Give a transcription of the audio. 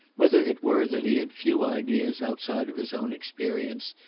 whether it were that he had few ideas outside of his own experience,